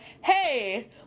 hey